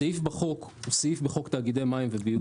הסעיף בחוק הוא סעיף בחוק תאגידי מים וביוב.